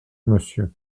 monsieur